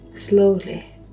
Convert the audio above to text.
slowly